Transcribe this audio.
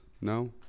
No